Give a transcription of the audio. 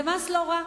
זה מס "לא רע".